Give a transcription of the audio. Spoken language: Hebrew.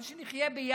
אבל שנחיה ביחד